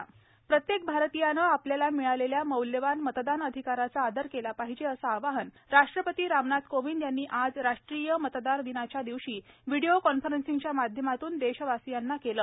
राष्ट्रीय मतदार दिन प्रत्येक भारतीयांनी आपल्याला मिळालेल्या मौल्यवान मतदान अधिकाराचा आदर केला पाहिजे असं आवाहन राष्ट्रपती रामनाथ कोविंद यांनी आज राष्ट्रीय मतदार दिनाच्या दिवशी व्हिडीओ कॉन्फरंसिंगच्या माध्यामातून देशवासीयांना केलं